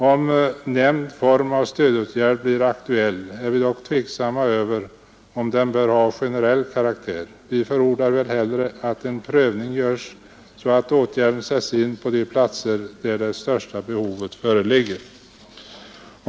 Om nämnd form av stödåtgärd blir aktuell är vi dock tveksamma över om den bör ha generell karaktär. Vi förordar väl hellre att en prövning görs så att åtgärden sätts in på de platser där det största behovet föreligger.